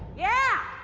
yeah!